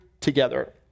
together